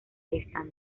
distante